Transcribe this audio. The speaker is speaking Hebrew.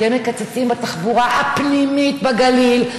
אתם מקצצים בתחבורה הפנימית בגליל,